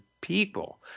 people